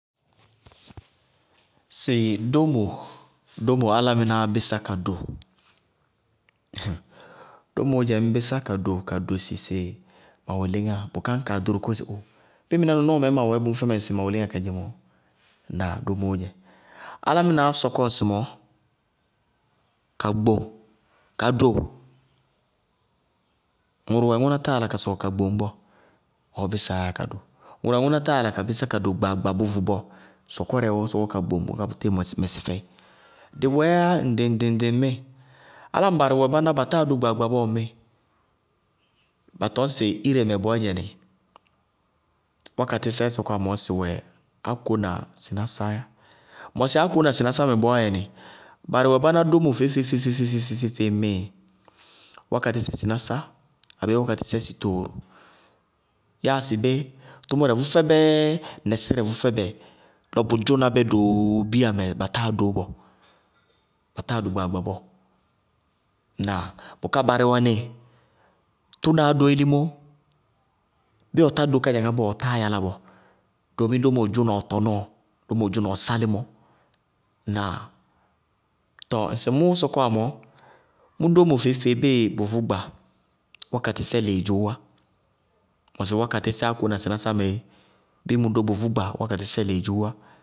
Sɩ dómo, dómo, álámɩnáá bisá ka do, dómoó ñ bisá ka do ka sosi ma wɛ léŋáa, bʋká ñkaa ɖoro kóo sɩ óo! Bíɩ mɩnɛ nɔnɔɔmɛɛ ma wɛɛ bʋ mʋ fɛmɛ ŋsɩ ma wɛ léŋáa kadzémɔ? Ŋnáa? Domoó dzɛ álámɩnáá sɔkɔ ŋsɩmɔɔ, ka gboŋ ka do, ŋʋrʋ wɛ ŋʋná táa yála ka sɔkɔ ka gboŋ bɔɔ, ɔɔ bísáyá ka do, ŋʋrʋ wɛ ŋʋná táa yála ka bisá ka do gbaagba bʋ vʋ bɔɔ, sɔkɔrɛɛ ɔɔ sɔkɔ gboŋ bʋ tíɩ mɛsí fɛɩ dɩ wɛɛ yá ŋɖɩŋ-ŋɖɩŋ ŋmíɩ. Álámɩná barɩ wɛ, báná batáa do gbaagba bɔɔ ba tɔñ sɩ ire mɛ bɔɔdzɛ nɩ, wákatísɛ sɔkɔwá mɔɔ, sɩ wɛ áko na sɩnásá yá. Mɔsɩ áko na sɩnásá mɛ bɔɔyɛnɩ barɩ wɛ báná dómo feé-feée ŋmíɩ, wákatísɛ sɩnásá abéé wákatísɛ sɩtooro, yáa sɩbé, tʋmʋrɛ vʋ fɛbɛ, nɛsírɛ vʋ fɛbɛ lɔ bʋ dzʋná bɛ doo bíya mɛ ba táa dó bɔɔ, ba táa dó gbaagba bɔɔ. Ŋnáa? Bʋká barɩ wɛ nɩ tʋnáá dó ilimó, bíɩ ɔtá do kádzaŋá bɔɔ, ɔtáa yála bɔɔ, doomi dómo dzʋna ɔ tɔnɔɔ, dómo dzʋna ɔ sálɩmɔ, ŋnáa? Tɔɔ ŋsɩ mʋʋ sɔkɔwa mɔɔ, mʋ dómo feé-feée bíɩ bʋ vʋ gba, wákatísɛ lɩɩdzʋʋ wá, mɔsɩ wákatísɛ áko na sɩnásá mɛ éé bíɩ mʋ dómo vʋ gba, wákatísɛ lɩɩdzʋʋ wá.